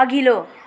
अघिल्लो